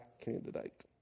candidate